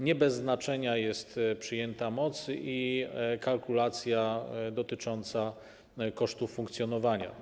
Nie bez znaczenia jest przyjęta moc i kalkulacja dotycząca kosztów funkcjonowania.